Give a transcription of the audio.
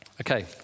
Okay